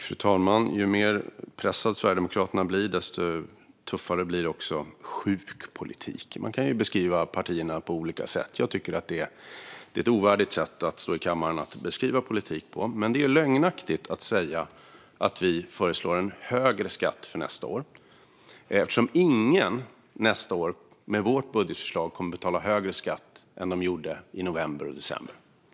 Fru talman! Ju mer pressade Sverigedemokraterna blir desto tuffare blir också tonen - "sjuk politik". Man kan beskriva partier på olika sätt. Jag tycker att detta är ett ovärdigt sätt att beskriva politik på i kammaren. Det är lögnaktigt att säga att vi föreslår en högre skatt för nästa år eftersom ingen med vårt budgetförslag kommer att betala högre skatt nästa år än de gjorde i november och december.